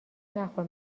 نخور